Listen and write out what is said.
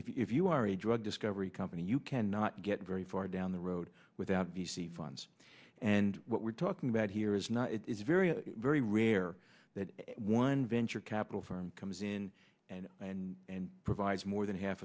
if you are a drug discovery company you cannot get very far down the road without v c funds and talking about here is not it's very very rare that one venture capital firm comes in and and and provides more than half